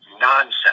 nonsense